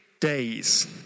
days